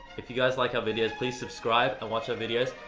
if you guys like our videos, please subscribe and watch our videos.